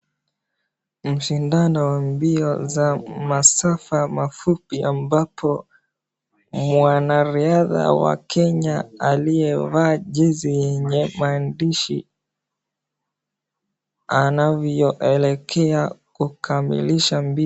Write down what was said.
Mashindano wa mbio za masafa mafupi ambapo mwanariadha wa Kenya aliyevaa jezi yenye maandishi, anavyoelekea kukamilisha mbio.